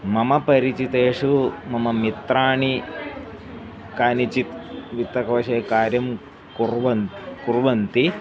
मम परिचितेषु मम मित्राणि कानिचित् वित्तकोषे कार्यं कुर्वन्ति कुर्वन्ति